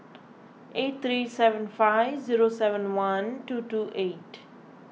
eight three seven five zero seven one two two eight